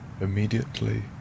Immediately